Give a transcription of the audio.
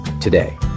today